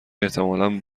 احتمالا